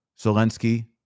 Zelensky